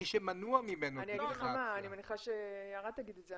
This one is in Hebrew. אני מניחה שיערה תאמר את זה.